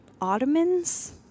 Ottomans